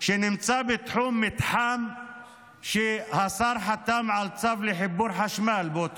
שנמצא בתחום מתחם שהשר חתם על צו לחיבור חשמל בו,